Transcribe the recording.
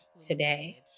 today